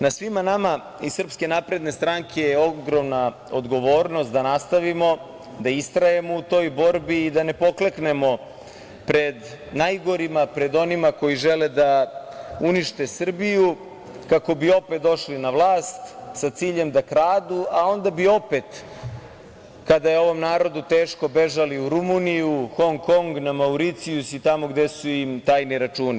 Na svima nama iz SNS je ogromna odgovornost da nastavimo, da istrajemo u toj borbi i da ne pokleknemo pred najgorima, pred onima koji žele da unište Srbiju, kako bi opet došli na vlast sa ciljem da kradu, a onda bi opet, kada je ovom narodu teško, bežali u Rumuniju, Hong Kong, na Mauricijus i tamo gde su im tajni računi.